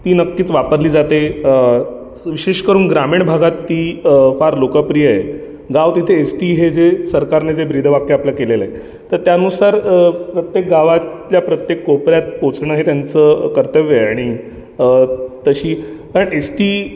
ती नक्कीच वापरली जाते विशेष करून ग्रामीण भागात ती फार लोकप्रिय आहे गाव तिथं एस टी हे जे सरकारने जे ब्रीद वाक्य आपलं केलेलं आहे तर त्यानुसार प्रत्येक गावातल्या प्रत्येक कोपऱ्यात पोचणं हे त्यांचं कर्तव्य आहे आणि तशी कारण एस टी